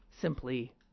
simply